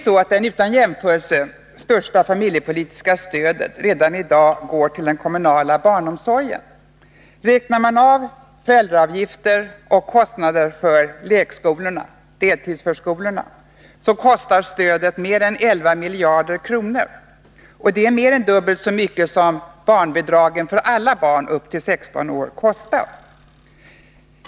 Det utan jämförelse största familjepolitiska stödet går redan i dag till den kommunala barnomsorgen. Räknar man av föräldraavgifter och kostnader för deltidsförskolorna, kostar stödet mer än 11 miljarder kronor. Det är mer än dubbelt så mycket som barnbidragen för alla barn upp till 16 år kostar.